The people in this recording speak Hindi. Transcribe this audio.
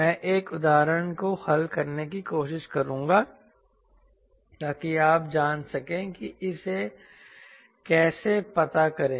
मैं एक उदाहरण को हल करने की कोशिश करूंगा ताकि आप जान सकें कि इसे कैसे पता करें